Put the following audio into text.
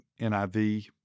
NIV